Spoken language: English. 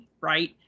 right